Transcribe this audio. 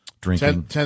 drinking